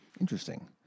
Interesting